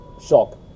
shock